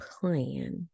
plan